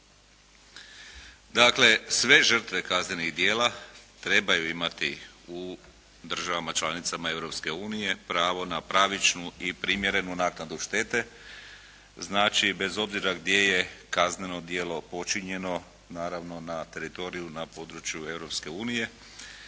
Dakle, sve žrtve kaznenih djela trebaju imati u državama članicama Europske unije pravo na pravičnu i primjerenu naknadu štete, znači bez obzira gdje je kazneno djelo počinjeno, naravno na teritoriju, na području